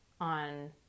on